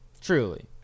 Truly